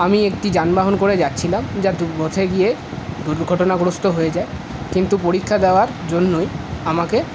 আমি একটি যানবাহন করে যাচ্ছিলাম যা দূর পথে গিয়ে দুর্ঘটনাগ্রস্থ হয়ে যায় কিন্তু পরীক্ষা দেওয়ার জন্যই আমাকে